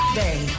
day